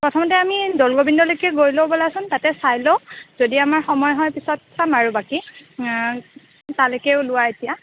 প্ৰথমতে আমি দৌলগোবিন্দলৈকে গৈ লওঁ বলাচোন তাতে চাই লওঁ যদি আমাৰ সময় হয় পিছত চাম আৰু বাকী তালৈকে ওলোৱা এতিয়া